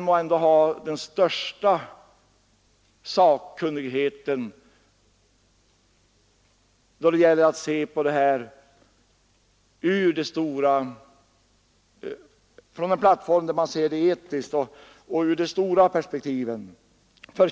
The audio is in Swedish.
må ändå ha den största sakkunnigheten när det gäller att se på dessa frågor med utgångspunkt i den plattform där man ser dem etiskt och ur de stora perspektiven.